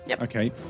Okay